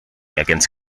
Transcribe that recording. against